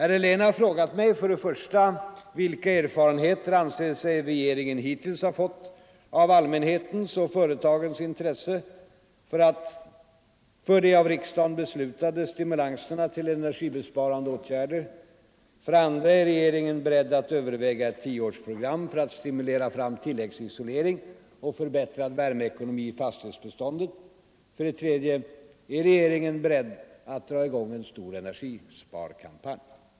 Herr Helén har frågat mig: För det första: Vilka erfarenheter anser sig regeringen hittills ha fått av allmänhetens och företagens intresse för de av riksdagen beslutade stimulanserna till energibesparande åtgärder? För det andra: Är regeringen beredd överväga ett tioårsprogram för att stimulera fram tilläggsisolering och förbättrad värmeekonomi i fastighetsbeståndet? För det tredje: Är regeringen beredd att dra i gång en stor energisparkampanj?